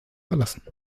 verlassen